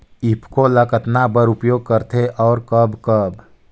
ईफको ल कतना बर उपयोग करथे और कब कब?